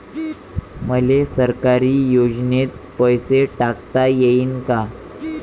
मले सरकारी योजतेन पैसा टाकता येईन काय?